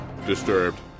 disturbed